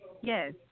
Yes